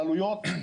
על עלויות,